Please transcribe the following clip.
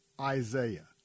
Isaiah